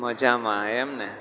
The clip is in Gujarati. મઝામાં એમ ને